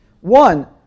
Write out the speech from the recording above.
One